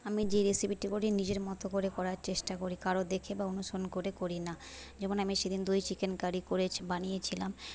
আমি যে রেসিপিটি করি নিজের মতো করে করার চেষ্টা করি কারোর দেখে বা অনুসরণ করে করি না যেমন আমি সেদিন দই চিকেন কারি করেছি বানিয়েছিলাম